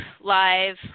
live